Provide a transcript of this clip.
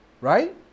right